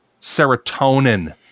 serotonin